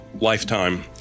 lifetime